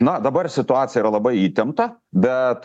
na dabar situacija yra labai įtempta bet